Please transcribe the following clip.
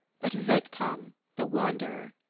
but vegtam the wanderer.